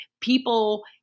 people